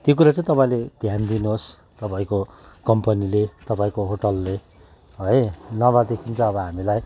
त्यो कुरा चाहिँ तपाईँले ध्यान दिनुहोस् तपाईँको कम्पनीले तपाईँको होटलले है नभएदेखि त अब हामीलाई